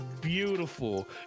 beautiful